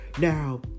Now